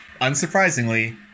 Unsurprisingly